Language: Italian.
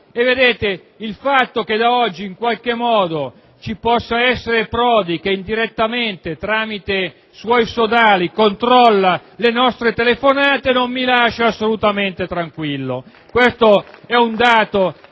controlla. Il fatto che da oggi, in qualche modo, ci possa essere Prodi che indirettamente, tramite i suoi sodali, controlla le nostre telefonate non mi lascia assolutamente tranquillo. *(Applausi dai